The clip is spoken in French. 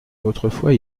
autrefois